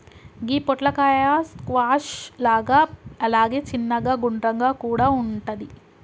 గి పొట్లకాయ స్క్వాష్ లాగా అలాగే చిన్నగ గుండ్రంగా కూడా వుంటది